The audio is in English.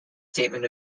statement